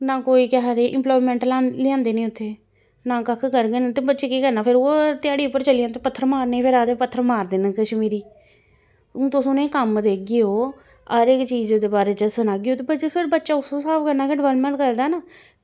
ना कोई केह् आखदे एंप्लॉयमेंट लेआंदे निं उत्थें ना कक्ख करङन ते बच्चे केह् करनां फ्ही उ'ऐ ध्याड़ी पर चली जंदे पत्थर मारने ई फिर आखदे पत्थर मारदे न कश्मीरी हून तुस उ'नें ई कम्म दैगे ओ हर इक चीज दे बारे च सनागे ओ ते बच्चा उस स्हाब कन्नै गै डेवलपमेंट करदा ना